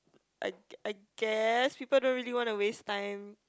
I I guess people don't really want to waste time